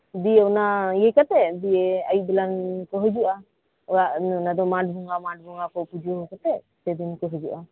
ᱫᱤᱭᱮ ᱚᱱᱟ ᱤᱭᱟᱹ ᱠᱟᱛᱮᱫ ᱫᱤᱭᱮ ᱟᱹᱭᱩᱵ ᱵᱮᱞᱟ ᱠᱩ ᱦᱤᱡᱩᱜ ᱟ ᱚᱲᱟᱜ ᱚᱱᱟᱫᱚ ᱢᱟᱴ ᱵᱚᱸᱜᱟᱠᱩ ᱯᱩᱡᱟᱹ ᱟᱠᱩᱛᱮ ᱟᱫᱚᱠᱩ ᱦᱤᱡᱩᱜ ᱟ